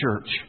church